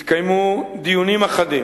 התקיימו דיונים אחדים,